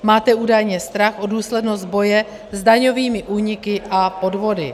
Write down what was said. Máte údajně strach o důslednost boje s daňovými úniky a podvody.